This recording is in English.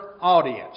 audience